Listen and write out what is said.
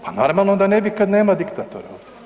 Pa normalno da ne bi kad nema diktatora.